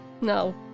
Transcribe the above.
No